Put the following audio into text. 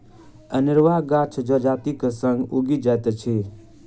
अनेरुआ गाछ जजातिक संग उगि जाइत अछि